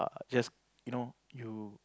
just you know you